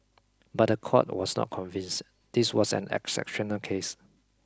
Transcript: but the court was not convinced this was an exceptional case